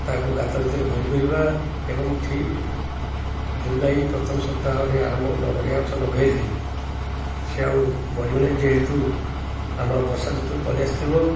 ତାକୁ ଗାତ ଭିତରେ ଭରି କରିବା ଏବଂ ଠିକ୍ ଜୁଲାଇ ପ୍ରଥମ ସପ୍ତାହରେ ଆରମ୍ଭ ଲଗଆ ଗଛ ଲଗେଇଲେ ସେ ଆଉ ମରିବ ନାହିଁ ଯେହେତୁ ଆମର ବର୍ଷାଋତୁ ପଳେଇ ଆସିଥିବ